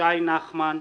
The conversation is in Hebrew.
שי נחמן,